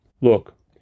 Look